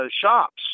shops